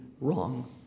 wrong